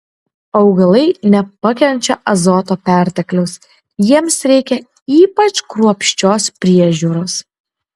augalai nepakenčia azoto pertekliaus jiems reikia ypač kruopščios priežiūros